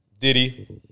diddy